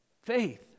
Faith